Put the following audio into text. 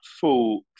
full